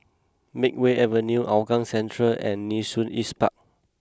Makeway Avenue Hougang Central and Nee Soon East Park